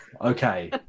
Okay